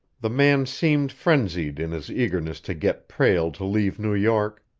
the man seemed frenzied in his eagerness to get prale to leave new york.